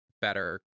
better